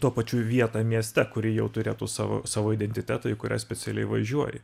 tuo pačiu vietą mieste kuri jau turėtų savo savo identitetą į kurią specialiai važiuoji